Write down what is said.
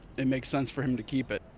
it makes sense for him to keep it.